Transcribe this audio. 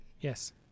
Yes